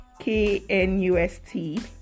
KNUST